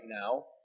now